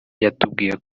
yatubwiye